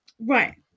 Right